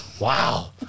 Wow